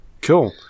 Cool